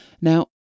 Now